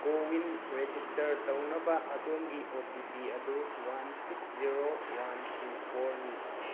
CoWIN register ꯇꯧꯅꯕ ꯑꯗꯣꯝꯒꯤ O T P ꯑꯗꯨ one six zero one two four ꯅꯤ